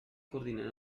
coordinen